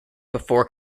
before